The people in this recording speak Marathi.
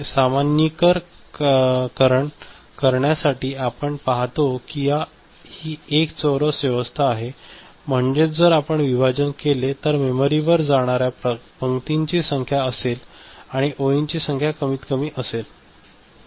सामान्यीकरण करण्यासाठी आपण पाहतो की ही एक चौरस व्यवस्था आहे म्हणजेच जर आपण विभाजन केले तर मेमरीवर जाणाऱ्या पंक्तींची संख्या असेल आणि ओळींची संख्या कमीतकमी असेल